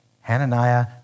Hananiah